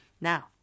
Now